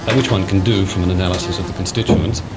and which one can do from an analysis of the constituents,